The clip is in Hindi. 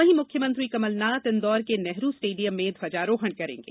वहीं मुख्यमंत्री कमलनाथ इंदौर के नेहरू स्टेडियम में ध्वजारोहण करेंगे